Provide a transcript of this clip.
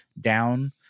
down